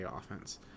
offense